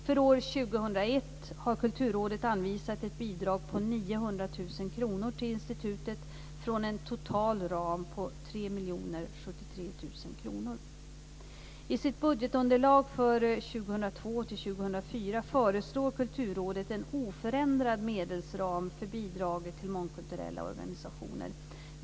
För år 2001 har Kulturrådet anvisat ett bidrag på Kulturrådet en oförändrad medelsram för bidraget till mångkulturella organisationer.